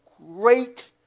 great